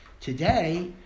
Today